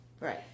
Right